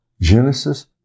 Genesis